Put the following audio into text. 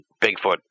Bigfoot